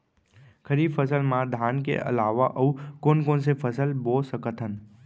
खरीफ फसल मा धान के अलावा अऊ कोन कोन से फसल बो सकत हन?